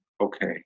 okay